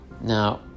Now